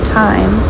time